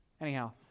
Anyhow